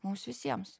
mums visiems